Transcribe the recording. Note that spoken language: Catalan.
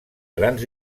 grans